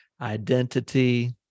identity